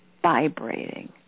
vibrating